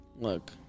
Look